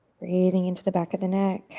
breathing into the back of the neck,